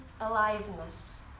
aliveness